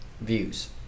views